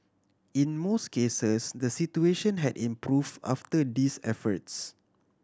in most cases the situation had improve after these efforts